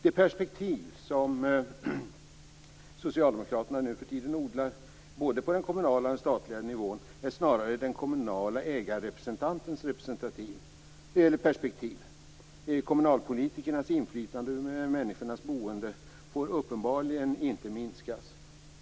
Det perspektiv som Socialdemokraterna nu för tiden odlar, både på den kommunala och på den statliga nivån, är snarare den kommunala ägarrepresentantens perspektiv. Kommunalpolitikernas inflytande över människors boende får uppenbarligen inte minskas.